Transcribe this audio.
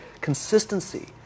consistency